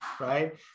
right